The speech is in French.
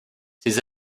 ses